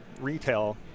retail